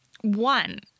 One